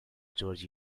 george